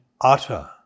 utter